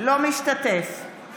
אינו משתתף בהצבעה